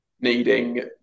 needing